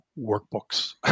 workbooks